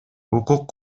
укук